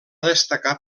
destacar